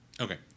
Okay